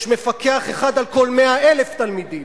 יש מפקח אחד על כל 100,000 תלמידים.